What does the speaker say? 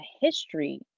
history